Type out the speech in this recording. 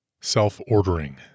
Self-Ordering